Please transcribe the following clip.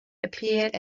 appeared